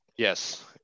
yes